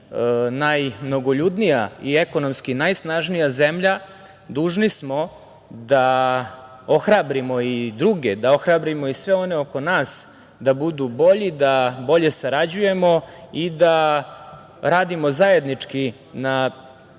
najmnogoljudnija i ekonomski najsnažnija zemlja, dužni smo da ohrabrimo i druge, da ohrabrimo i sve one oko nas da budu bolji, da bolje sarađujemo i da radimo zajednički na